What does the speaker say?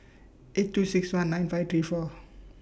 eight two six one nine five three four